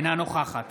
אינה נוכחת